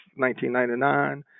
1999